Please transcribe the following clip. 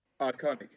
Iconic